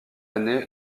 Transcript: année